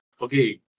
okay